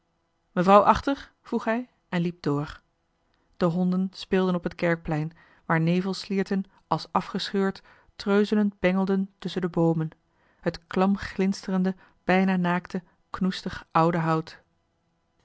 mevrouw achter vroeg hij en liep door de honden speelden op het kerkplein waar nevel slieren als afgescheurd treuzelend bengelden tusschen de boomen het klamglinsterende bijna naakte knoestig oude hout